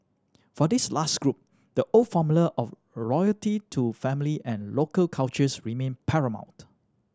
for this last group the old formula of loyalty to family and local cultures remained paramount